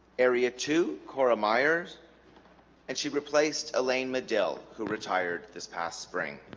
area to cora myers and she replaced elaine medill who retired this past spring